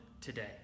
today